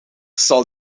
zal